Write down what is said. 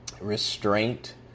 restraint